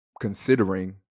considering